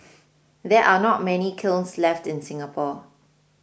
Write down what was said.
there are not many kilns left in Singapore